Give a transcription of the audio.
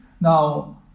now